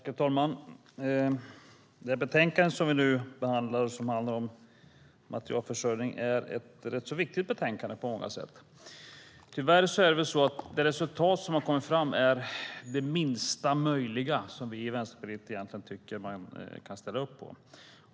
Herr talman! Det betänkande om materielförsörjning som vi nu behandlar är ett rätt viktigt betänkande på många sätt. Tyvärr är det resultat som har kommit fram det minsta möjliga som vi i Vänsterpartiet tycker att man kan ställa upp på.